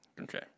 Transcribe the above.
Okay